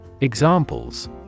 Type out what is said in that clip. Examples